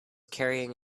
carrying